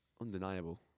undeniable